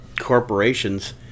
corporations